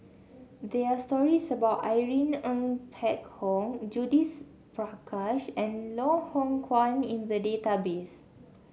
there are stories about Irene Ng Phek Hoong Judith Prakash and Loh Hoong Kwan in the database